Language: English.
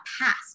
past